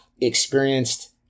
experienced